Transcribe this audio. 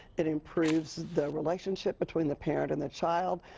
it improves the relationship between the parent and the child,